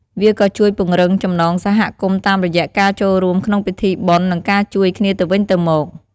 វាក៏ជួយពង្រឹងចំណងសហគមន៍តាមរយៈការចូលរួមក្នុងពិធីបុណ្យ និងការជួយគ្នាទៅវិញទៅមក។